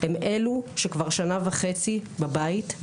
הם אלו שכבר שנה וחצי בבית,